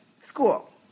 school